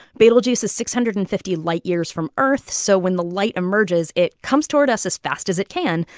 betelgeuse is six hundred and fifty light years from earth. so when the light emerges, it comes toward us as fast as it can,